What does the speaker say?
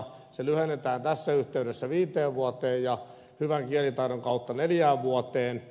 se lyhennetään tässä yhteydessä viiteen vuoteen ja hyvän kielitaidon kautta neljään vuoteen